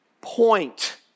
point